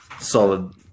solid